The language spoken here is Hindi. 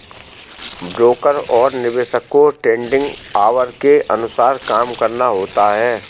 ब्रोकर और निवेशक को ट्रेडिंग ऑवर के अनुसार काम करना होता है